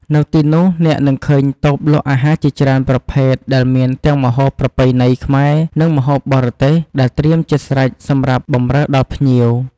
នៅទីនោះ អ្នកនឹងឃើញតូបលក់អាហារជាច្រើនប្រភេទដែលមានទាំងម្ហូបប្រពៃណីខ្មែរ និងម្ហូបបរទេស ដែលត្រៀមជាស្រេចសម្រាប់បម្រើដល់ភ្ញៀវ។